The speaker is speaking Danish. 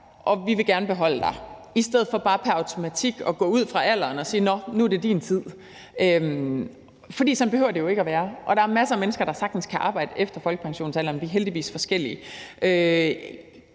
og vi vil gerne beholde dig – i stedet for bare pr. automatik at gå ud fra alderen og sige: Nå, nu er det din tid. For sådan behøver det jo ikke at være. Der er masser af mennesker, der sagtens kan arbejde efter folkepensionsalderen – vi er heldigvis forskellige.